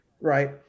right